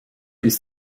ist